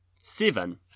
Seven